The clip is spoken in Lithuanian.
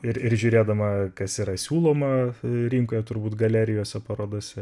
ir ir žiūrėdama kas yra siūloma rinkoje turbūt galerijose parodose